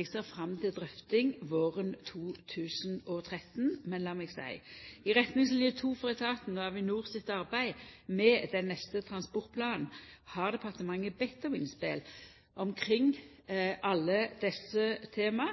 Eg ser fram til drøfting våren 2013. Men lat meg seia: I retningsline 2 for etatane og Avinor sitt arbeid med den neste transportplanen har departementet bedt om innspel omkring alle desse tema.